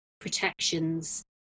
protections